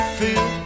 feel